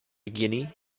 guinea